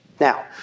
Now